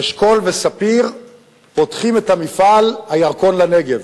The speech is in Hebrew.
אשכול וספיר, פותחים את מפעל הירקון לנגב.